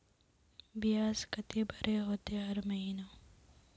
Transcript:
बियाज केते भरे होते हर महीना?